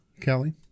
Kelly